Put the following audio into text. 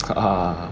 (uh huh)